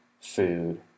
food